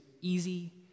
easy